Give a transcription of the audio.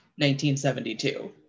1972